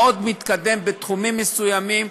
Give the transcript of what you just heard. מאוד מתקדם בתחומים מסוימים.